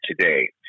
today